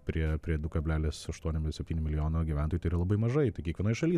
prie prie du kablelis aštuoni nol septyni milijono gyventojų tai yra labai mažai tai kiekvienoj šaly